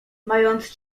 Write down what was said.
mając